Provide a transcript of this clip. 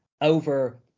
over